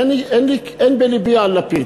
אין בלבי על לפיד.